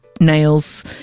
nails